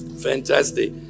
Fantastic